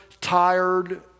tired